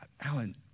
Alan